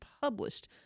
published